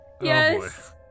Yes